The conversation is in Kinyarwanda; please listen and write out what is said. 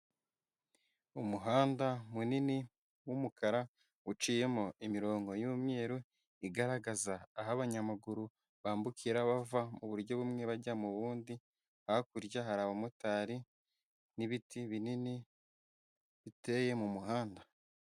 Umuhanda munini w'umukara uciyemo imirongo y'umweru igaragaza aho abanyamaguru bambukira bava mu buryo bumwe bajya mu bundi, hakurya hari abamotari n'ibiti binini biteye mu muhanda.